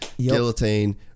guillotine